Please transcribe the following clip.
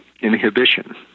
inhibition